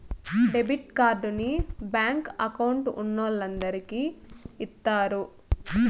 debit కార్డుని bank account ఉన్నోలందరికి ఇత్తారు